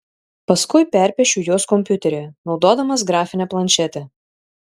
paskui perpiešiu juos kompiuteryje naudodamas grafinę planšetę